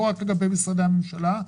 לא רק לגבי משרדי הממשלה.